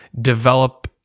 develop